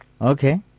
Okay